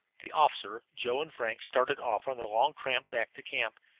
the officer, joe and frank started off on their long tramp back to camp,